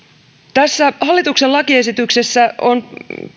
tässä hallituksen lakiesityksessä on